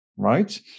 right